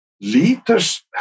leaders